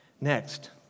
Next